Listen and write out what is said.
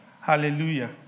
Hallelujah